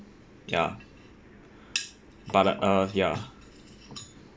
ya but uh ya